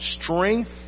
strength